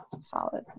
solid